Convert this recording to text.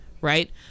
right